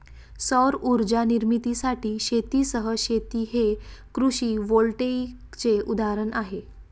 सौर उर्जा निर्मितीसाठी शेतीसह शेती हे कृषी व्होल्टेईकचे उदाहरण आहे